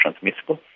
transmissible